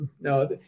No